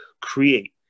create